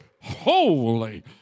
holy